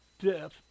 death